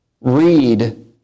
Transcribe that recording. read